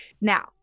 Now